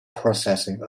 processing